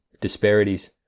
disparities